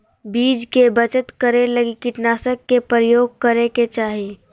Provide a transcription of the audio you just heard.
बीज के बचत करै लगी कीटनाशक के प्रयोग करै के चाही